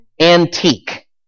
antique